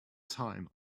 time